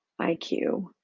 IQ